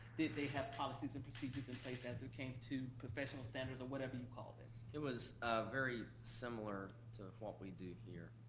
did they have policies and procedures in place as it came to professional standards, or whatever you call this. it was very similar to what we do here.